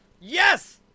Yes